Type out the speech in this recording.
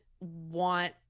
want